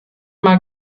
mal